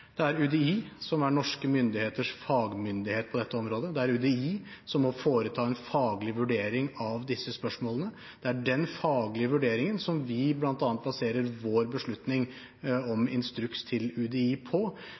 Det er UDI som er norske myndigheters fagmyndighet på dette området, det er UDI som må foreta en faglig vurdering av disse spørsmålene. Det er denne faglige vurderingen som vi bl.a. baserer vår beslutning om instruks til UDI på.